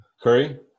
Curry